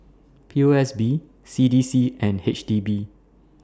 P O S B C D C and H D B